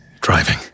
driving